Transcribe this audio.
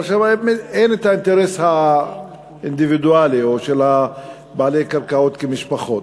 אבל שם אין האינטרס האינדיבידואלי או של בעלי קרקעות כמשפחות.